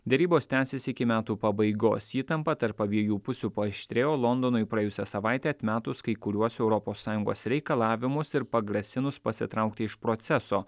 derybos tęsis iki metų pabaigos įtampa tarp abiejų pusių paaštrėjo londonui praėjusią savaitę atmetus kai kuriuos europos sąjungos reikalavimus ir pagrasinus pasitraukti iš proceso